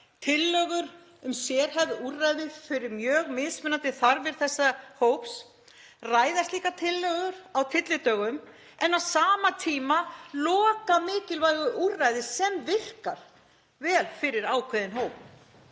tillögur um sérhæfð úrræði fyrir mjög mismunandi þarfir þessa hóps, og ræða slíkar tillögur á tyllidögum en loka á sama tíma mikilvægu úrræði sem virkar vel fyrir ákveðinn hóp.